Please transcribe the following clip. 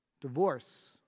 Divorce